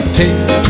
take